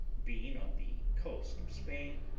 being on the coast of spain,